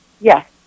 Yes